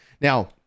now